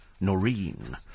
Noreen